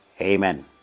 Amen